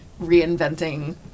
reinventing